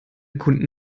kunden